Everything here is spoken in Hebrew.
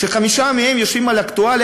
שחמישה מהם יושבים על אקטואליה,